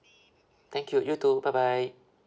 thank you you too bye bye